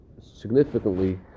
significantly